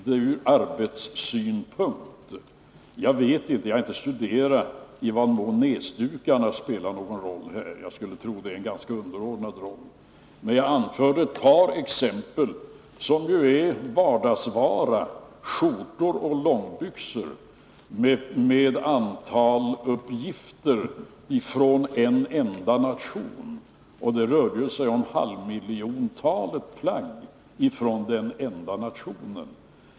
Det gällde ur arbetssynpunkt. Jag vet inte — jag har inte studerat det — i vilken mån näsdukarna spelar någon roll. Jag skulle tro att det är en ganska underordnad roll. Men jag anförde ett par exempel på sådant som är vardagsvaror, skjortor och långbyxor, med antalsuppgifter från en enda nation. Och det rörde sig om halvmiljontalet plagg från den enda nationen.